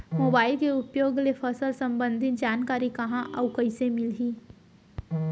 Mobile के उपयोग ले फसल सम्बन्धी जानकारी कहाँ अऊ कइसे मिलही?